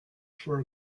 for